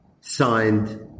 signed